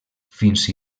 fins